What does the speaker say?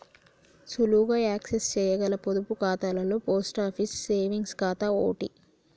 సులువుగా యాక్సెస్ చేయగల పొదుపు ఖాతాలలో పోస్ట్ ఆఫీస్ సేవింగ్స్ ఖాతా ఓటి